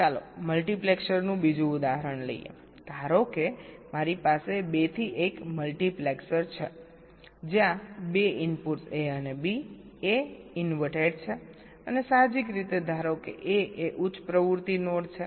ચાલો મલ્ટિપ્લેક્સર નું બીજું ઉદાહરણ લઈએધારો કે મારી પાસે 2 થી 1 મલ્ટિપ્લેક્સર છે જ્યાં 2 ઇનપુટ્સ A અને B A ઈનવરટેડ છે અને સાહજીક રીતે ધારો કે A એ ઉચ્ચ પ્રવૃત્તિ નોડ છે